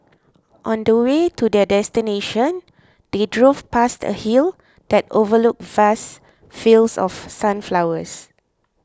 on the way to their destination they drove past a hill that overlooked vast fields of sunflowers